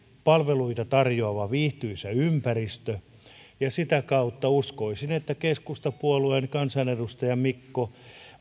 palveluita tarjoava viihtyisä ympäristö sitä kautta uskoisin että keskustapuolueen kansanedustaja mikko